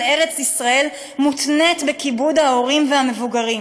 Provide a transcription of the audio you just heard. ארץ-ישראל מותנית בכיבוד ההורים והמבוגרים,